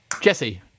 Jesse